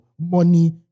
Money